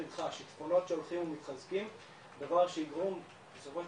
השיטפונות שהולכים ומתחזקים וזה מה שיגרום בסופו של